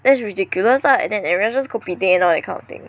that's ridiculous lah and then everyone just competing you know that kind of thing